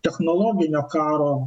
technologinio karo